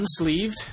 unsleeved